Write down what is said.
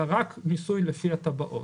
אלא רק מיסוי לפי הטבעות,